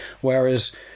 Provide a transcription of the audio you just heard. Whereas